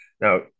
Now